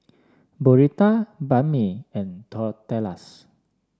Burrito Banh Mi and Tortillas